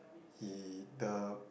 he the